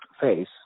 face